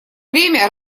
время